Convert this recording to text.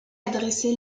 adressé